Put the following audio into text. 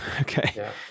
Okay